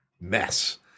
mess